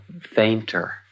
fainter